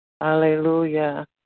Hallelujah